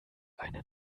einen